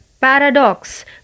Paradox